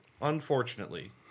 unfortunately